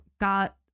got